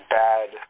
bad